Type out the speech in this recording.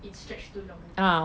it stretch too long